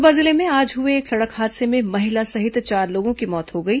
कोरबा जिले में आज हुए एक सड़क हादसे में महिला सहित चार लोगों की मौत हो गई